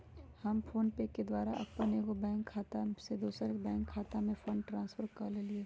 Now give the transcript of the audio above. हम फोनपे के द्वारा अप्पन एगो बैंक खता से दोसर बैंक खता में फंड ट्रांसफर क लेइले